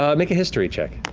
um make a history check.